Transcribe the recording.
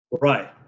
Right